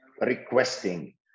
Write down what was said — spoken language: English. requesting